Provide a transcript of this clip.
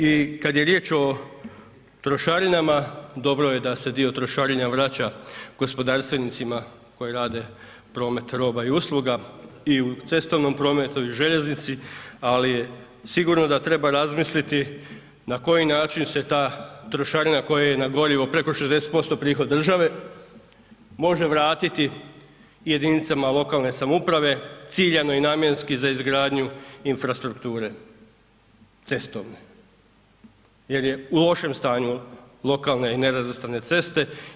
I kad je riječ o trošarinama dobro je da se dio trošarina vraća gospodarstvenicima koji rade promet roba i usluga i u cestovnom prometu i u željeznici ali je sigurno da treba razmisliti na koji način se ta trošarina koja je na gorivo preko 60% prihod države može vratiti jedinicama lokalne samouprave ciljano i namjenski za izgradnju infrastrukture, cestovne jer je u lošem stanju lokalne i nerazvrstane ceste.